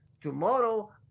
Tomorrow